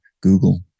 Google